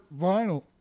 vinyl